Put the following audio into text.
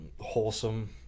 wholesome